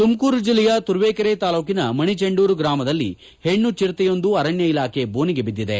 ತುಮಕೂರು ಜಿಲ್ಲೆಯ ತುರುವೇಕೆರೆ ತಾಲ್ಲೂಕಿನ ಮಣಿಚೆಂಡೂರು ಗ್ರಾಮದಲ್ಲಿ ಹೆಣ್ಣು ಚಿರತೆಯೊಂದು ಅರಣ್ಯ ಇಲಾಖೆ ಬೋನಿಗೆ ಬಿದ್ದಿದೆ